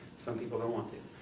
some people don't want to.